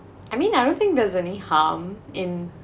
I mean I don't think there's any harm in